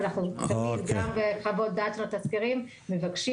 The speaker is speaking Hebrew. אז גם בחוות הדעת של התזכירים מבקשים